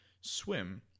swim